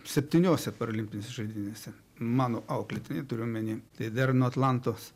septyniose paralimpinėse žaidynėse mano auklėtiniai turiu omeny tai dar nuo atlantos